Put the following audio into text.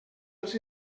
els